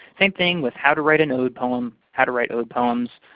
same thing with how to write an ode poem, how to write ode poems.